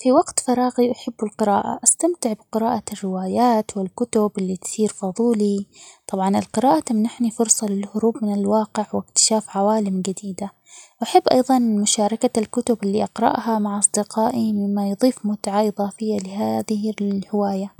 في وقت فراغي أحب القراءة، أستمتع بقراءة الروايات، والكتب اللي تثير فضولي، طبعا القراءة تمنحني فرصة للهروب من الواقع، واكتشاف عوالم جديدة، أحب أيظًا مشاركة الكتب اللي أقرأها مع أصدقائي مما يضيف متعة إضافية لهذه - ال- الهواية.